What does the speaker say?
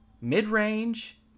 Mid-range